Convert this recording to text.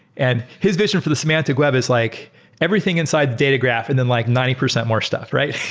and his vision for the semantic web is like everything inside the data graph and then like ninety percent more stuff, right?